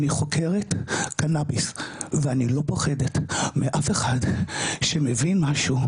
אני חוקרת קנאביס ואני לא פוחדת מאף אחד שמבין משהו,